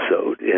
episode